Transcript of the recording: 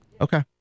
okay